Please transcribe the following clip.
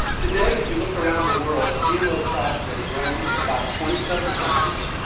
today, if you look around the world, gmo crops are grown in about twenty seven countries.